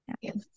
yes